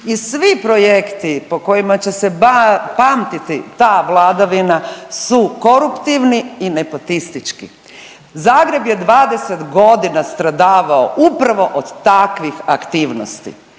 i svi projekti po kojima će pamtiti ta vladavina su koruptivni i nepotistički. Zagreb je 20 godina stradavao upravo od takvih aktivnosti,